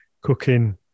cooking